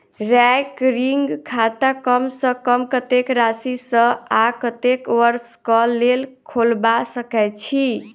recurring खाता कम सँ कम कत्तेक राशि सऽ आ कत्तेक वर्ष कऽ लेल खोलबा सकय छी